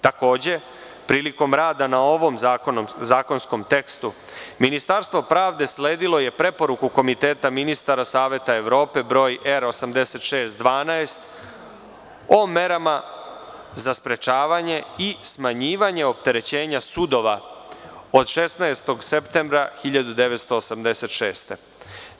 Takođe, prilikom rada na ovom zakonskom tekstu, Ministarstvo pravde sledilo je preporuku Komiteta ministara Saveta Evrope broj R-8612 o merama za sprečavanje i smanjivanje opterećenja sudova, od 16. septembra 1986. godine.